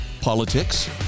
politics